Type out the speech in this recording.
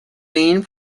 being